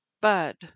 bud